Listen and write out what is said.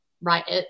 right